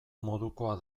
modukoa